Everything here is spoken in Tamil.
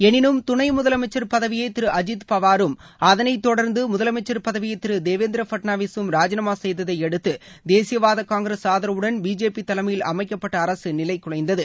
எனினும் துணை முதலமைச்சர் பதவியை திரு அஜீத் பவாரும் அதனை தொடர்ந்து முதலமைச்சர் பதவியை திரு தேவேந்திர பட்னவிசும் ராஜினாமா செய்ததை அடுத்து தேசியவாத காங்கிரஸ் ஆதரவுடன் பிஜேபி தலைமையில் அமைக்கப்பட்ட அரசு நிலைகுலைந்தது